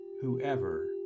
Whoever